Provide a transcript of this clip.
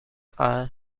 are